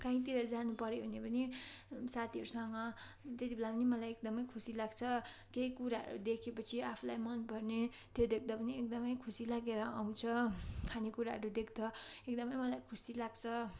कहीँतिर जनुपर्यो भने पनि साथीहरूसँग त्यति बेला नि मलाई एकदमै खुसी लाग्छ केही कुराहरू देखेपछि आफूलाई मनपर्ने त्यो देख्दा पनि एकदमै खुसी लागेर आउँछ खानेकुराहरू देख्दा एकदमै मलाई खुसी लाग्छ